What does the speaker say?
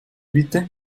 bitte